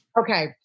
Okay